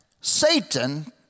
Satan